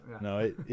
No